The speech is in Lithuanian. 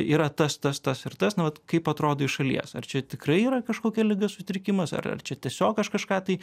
yra tas tas tas ir tas nu vat kaip atrodo iš šalies ar čia tikrai yra kažkokia liga sutrikimas ar ar čia tiesiog aš kažką tai